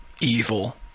evil